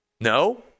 No